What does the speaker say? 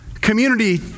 community